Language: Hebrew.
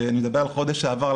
ואני מדבר על החודש שעבר,